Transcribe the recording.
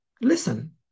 listen